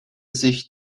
sich